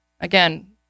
Again